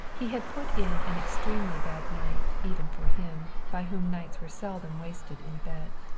he had put in an extremely bad night, even for him, by whom nights were seldom wasted in a bed.